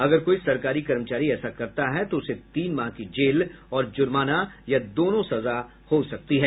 अगर कोई सरकारी कर्मचारी ऐसा करता है तो उसे तीन माह की जेल और जुर्माना या दोनों सजा हो सकती हैं